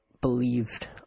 believed